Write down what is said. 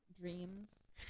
dreams